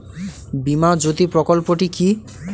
বীমা জ্যোতি প্রকল্পটি কি?